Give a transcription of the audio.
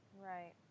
Right